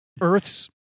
Earth's